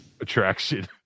attraction